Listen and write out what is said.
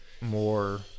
more